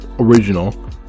original